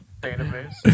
database